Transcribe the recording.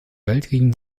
weltkriegen